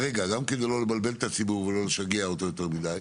גם כדי לא לבלבל את הציבור ולא לשגע אותו יותר מדי,